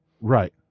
Right